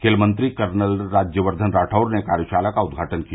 खेल मंत्री कर्नल राज्यवर्द्धन राठौड़ ने कार्यशाला का उदघाटन किया